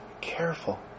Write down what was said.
careful